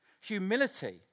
Humility